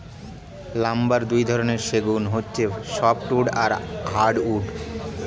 lumber দুই ধরনের, সেগুলো হচ্ছে সফ্ট উড আর হার্ড উড